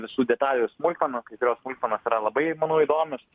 visų detalių ir smulkmenų kai kurios smulkmenos yra labai manau įdomios